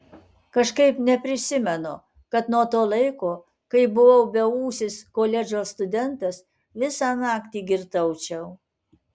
kažkaip neprisimenu kad nuo to laiko kai buvau beūsis koledžo studentas visą naktį girtaučiau